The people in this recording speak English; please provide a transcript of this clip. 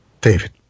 David